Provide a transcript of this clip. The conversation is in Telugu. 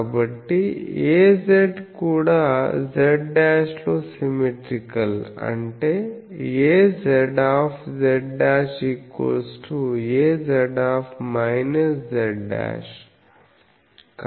కాబట్టి Az కూడా z' లో సిమ్మెట్రీకల్ అంటే Az z Az z